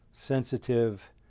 sensitive